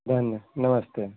धन्य नमस्ते